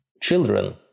children